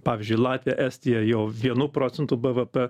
pavyzdžiui latvija estija jau vienu procentu bvp